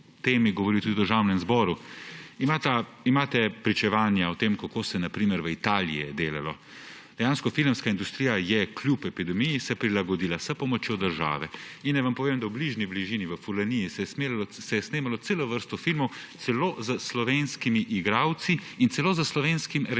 temi govorili tudi v Državnem zboru. Imate pričevanja o tem, kako se je na primer v Italiji delalo. Dejansko se je filmska industrija kljub epidemiji prilagodila s pomočjo države. Naj vam povem, da v bližini, v Furlaniji, se je snemalo celo vrsto filmov, celo s slovenskimi igralci in celo s slovenskim režiserjem,